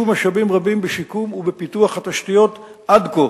משאבים רבים בשיקום ובפיתוח התשתיות עד כה,